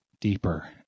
deeper